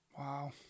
Wow